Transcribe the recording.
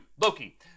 Loki